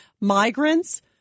migrants